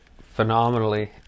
phenomenally